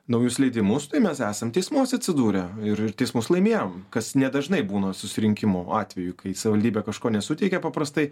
naujus leidimus tai mes esam teismuose atsidūrę ir teismus laimėjom kas nedažnai būna susirinkimų atveju kai savivaldybė kažko nesuteikia paprastai